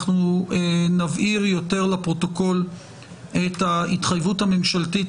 אנחנו נבהיר יותר לפרוטוקול את ההתחייבות הממשלתית